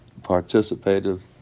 participative